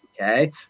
okay